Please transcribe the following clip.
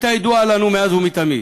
הייתה ידועה לנו מאז ומתמיד,